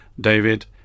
david